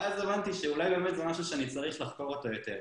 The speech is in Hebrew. זה לא קהילה יהודית מסורתית,